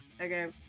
Okay